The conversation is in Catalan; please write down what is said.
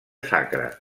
sacra